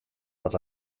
dat